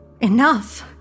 Enough